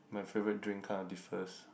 my favourite drink kind of differs